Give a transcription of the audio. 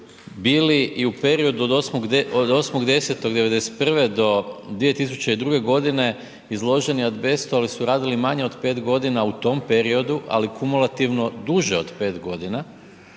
bili u periodu od 8.10.'91. do 2002.g. izloženi azbestu, ali su radili manje od 5.g. u tom periodu, ali kumulativno duže od 5.g.